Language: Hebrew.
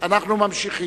אני קובע